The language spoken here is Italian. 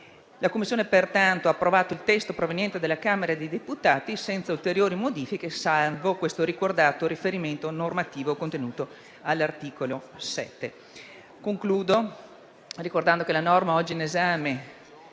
La Commissione ha pertanto approvato il testo proveniente dalla Camera di deputati senza ulteriori modifiche, salvo questo ricordato riferimento normativo contenuto all'articolo 7.